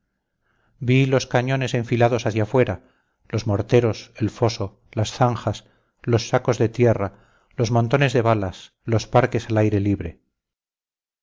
vi los cañones enfilados hacia afuera los morteros el foso las zanjas los sacos de tierra los montones de balas los parques al aire libre